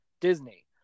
Disney